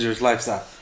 lifestyle